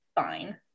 fine